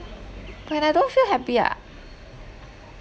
when I don't feel happy ah